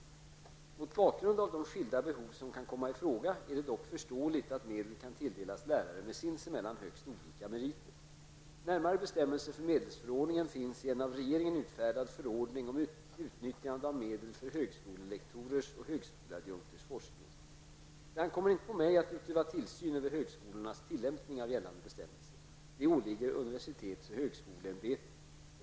Mot bakgrund av de skilda behov som kan komma i fråga är det dock förståeligt att medel kan tilldelas lärare med sinsemellan högst olika meriter. Närmare bestämmelser för medelsfördelningen finns i en av regeringen utfärdad förordning om utnyttjande av medel för högskolelektorers och högskoleadjunkters forskning. Det ankommer inte på mig att utöva tillsyn över högskolornas tillämpning av gällande bestämmelser. Detta åligger universitets och högskoleämbetet.